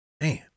Man